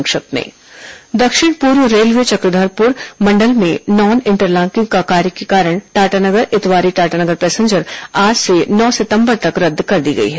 संक्षिप्त समाचार दक्षिण पूर्व रेलवे चक्रधरपुर मंडल में नान इंटरलाकिंग कार्य के कारण टाटानगर ईतवारी टाटानगर पैसेंजर आज से नौ सितंबर तक रद्द कर दी गई है